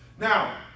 Now